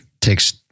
takes